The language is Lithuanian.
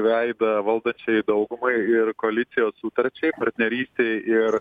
veidą valdančiajai daugumai ir koalicijos sutarčiai partnerystei ir